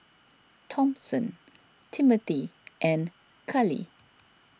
Thompson Timmothy and Kali